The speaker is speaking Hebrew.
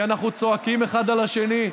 כי אנחנו צועקים אחד על השני,